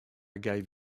gave